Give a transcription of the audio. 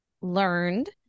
learned